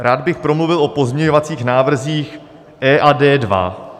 Rád bych promluvil o pozměňovacích návrzích E a D2.